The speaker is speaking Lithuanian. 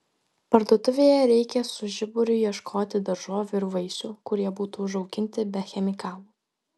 parduotuvėje reikia su žiburiu ieškoti daržovių ir vaisių kurie būtų užauginti be chemikalų